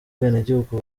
ubwenegihugu